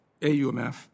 AUMF